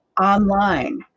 online